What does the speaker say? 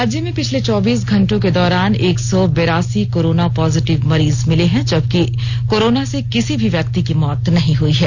राज्य में पिछले चौबीस घंटों के दौरान एक सौ बिरासी कोरोना पॉजिटिव मरीज मिले हैं जबकि कोरोना से किसी भी व्यक्ति की मौत नहीं हुई है